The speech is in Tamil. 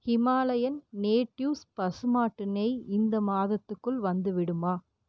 ஹிமாலயன் நேட்டிவ்ஸ் பசுமாட்டு நெய் இந்த மாதத்துக்குள் வந்துவிடுமா